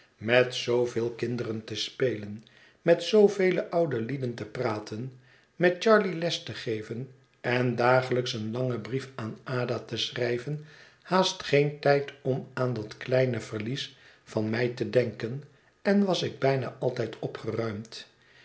met zoovele kinderen te spelen met zoovele oude lieden te praten met charley les te geven en dagelijks een langen brief aan ada te schrijven haast geen tijd om aan dat kleine verlies van mij te denken en was ik bijna altijd opgeruimd